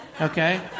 Okay